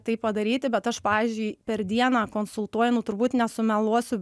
tai padaryti bet aš pavyzdžiui per dieną konsultuoju nu turbūt nesumeluosiu